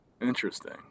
Interesting